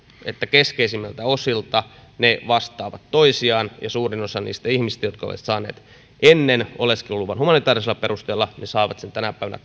että keskeisimmiltä osiltaan ne vastaavat toisiaan ja suurin osa niistä ihmisistä jotka olisivat saaneet ennen oleskeluluvan humanitäärisellä perusteella saa sen tänä päivänä